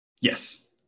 Yes